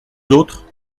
autres